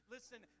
Listen